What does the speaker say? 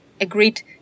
agreed